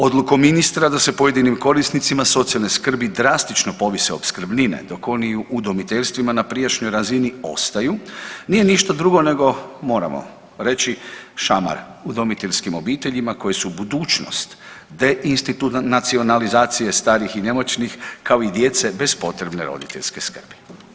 Odlukom ministra da se pojedinim korisnicima socijalne skrbi drastično povise opskrbnine dok oni u udomiteljstvima na prijašnjoj razini ostaju nije ništa drugo nego moramo reći šamar udomiteljskim obiteljima koje su budućnost deinstitucionalizacije starih i nemoćnih kao i djece bez potrebne roditeljske skrbi.